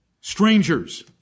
Strangers